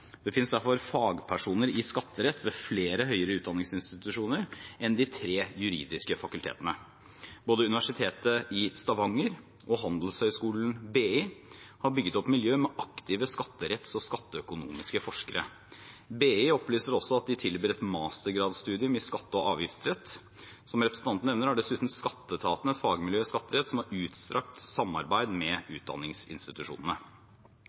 skatterett ved flere høyere utdanningsinstitusjoner enn ved de tre juridiske fakultetene. Både Universitetet i Stavanger og Handelshøyskolen BI har bygd opp miljøer med aktive skatteretts- og skatteøkonomiske forskere. BI opplyser også at de tilbyr et mastergradsstudium i skatte- og avgiftsrett. Som representanten nevner, har dessuten skatteetaten et fagmiljø i skatterett i et utstrakt samarbeid med